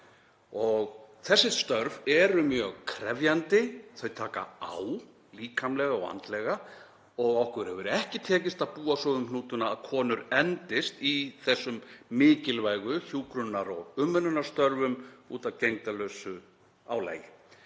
Þessi störf eru mjög krefjandi. Þau taka á líkamlega og andlega og okkur hefur ekki tekist að búa svo um hnútana að konur endist í þessum mikilvægu hjúkrunar- og umönnunarstörfum út af gegndarlausu álagi.